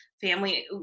family